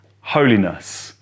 holiness